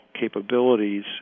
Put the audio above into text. capabilities